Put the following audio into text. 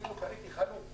אפילו ראיתי חנות.